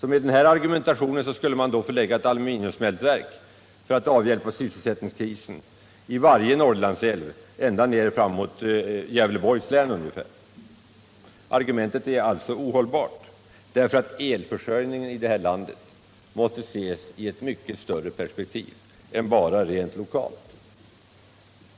Med den här argumentationen skulle man då för att avhjälpa sysselsättningskrisen lägga ett aluminiumsmältverk vid varje Norrlandsälv ned till Gävleborgs län. Argumentet är alltså ohållbart; elförsörjningen här i landet måste ses i ett mycket större perspektiv än bara rent lokalt.